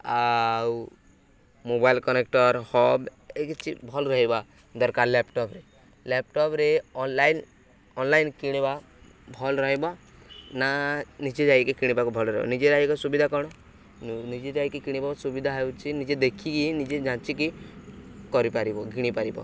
ଆଉ mobile connector ହବ ଏ କିଛି ଭଲ ରହିବା ଦରକାର ଲ୍ୟାପ୍ଟପ୍ରେ ଲ୍ୟାପ୍ଟପ୍ରେ ଅନ୍ଲାଇନ୍ ଅନ୍ଲାଇନ୍ କିଣିବା ଭଲ ରହିବ ନା ନିଜେ ଯାଇକି କିଣିବାକୁ ଭଲ ରହିବ ନିଜେ ଯାଇକି ସୁବିଧା କ'ଣ ନିଜେ ଯାଇକି କିଣିବ ସୁବିଧା ହେଉଛି ନିଜେ ଦେଖିକି ନିଜେ ଯାଞ୍ଚିକି କରିପାରିବ କିଣିପାରିବ